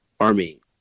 army